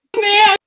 man